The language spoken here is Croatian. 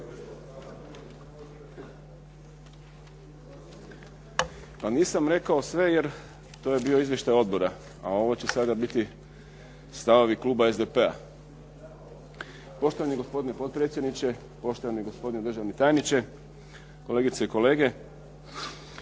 Pa nisam rekao sve jer to je izvještaj odbora a ovo će sada biti stavovi kluba SDP-a. Poštovani gospodine potpredsjedniče, poštovani gospodine državni tajniče, kolegice i kolege.